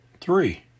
three